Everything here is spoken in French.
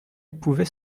pouvait